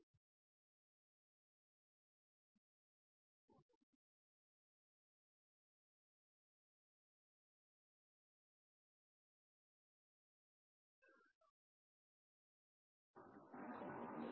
முறுக்கு எதையும் ஓவர்லோட் செய்ய வேண்டாம்